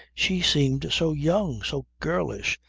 she seemed so young, so girlish,